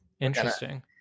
interesting